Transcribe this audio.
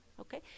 Okay